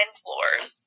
floors